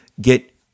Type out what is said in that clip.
get